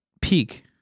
peak